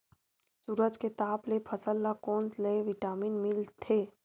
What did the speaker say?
सूरज के ताप ले फसल ल कोन ले विटामिन मिल थे?